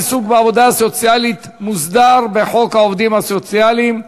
העיסוק בעבודה סוציאלית מוסדר בחוק העובדים הסוציאליים,